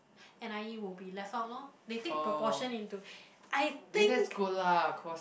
n_i_e will be left out loh they take proportion into I think